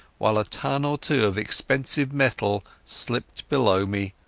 while a ton or two of expensive metal slipped below me,